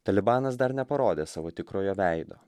talibanas dar neparodė savo tikrojo veido